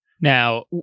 Now